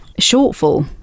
shortfall